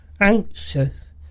anxious